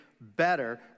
better